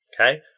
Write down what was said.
Okay